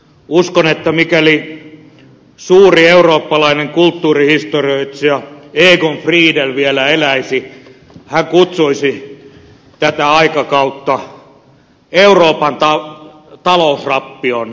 uskon että mikäli suuri eurooppalainen kulttuurihistorioitsija egon friedell vielä eläisi hän kutsuisi tätä aikakautta euroopan talousrappion ajaksi